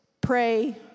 pray